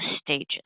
stages